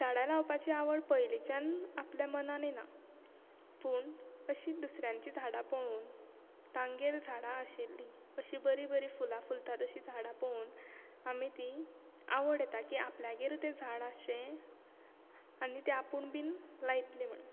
झाडां लावपाची आवड पयलींच्यान आपल्या मनान येना पूण अशी दुसऱ्यांची झाडां पळोवन तांगेर झाडां आशिल्ली अशी बरी बरी फुलां फुलतात अशी झाडां पळोवन आमी ती आवड येता की आपल्यागेर तें झाड आसचे आनी ते आपूण बी लायतलें म्हण